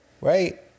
Right